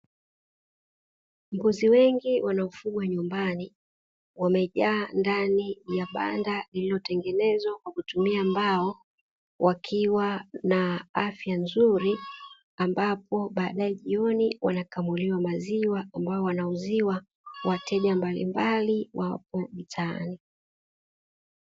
Mbuzi wengi wanaofugwa nyumbani wamejaa ndani ya banda liliotengenezwa kwa kutumia mbao. Wakiwa na afya nzuri ambapo jioni wanakamuliwa maziwa ambayo wanauziwa wateje mbalimbali waliopo mitaani.